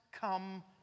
come